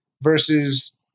versus